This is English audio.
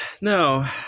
No